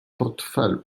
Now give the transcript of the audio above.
portfelu